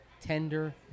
tender